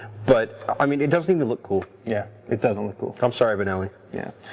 but i mean it doesn't seem to look cool. yeah, it doesn't look cool. i'm sorry benelli. yeah,